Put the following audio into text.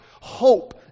hope